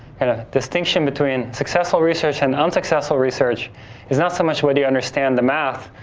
and ah distinction between successful research and unsuccessful research is not so much whether you understand the math,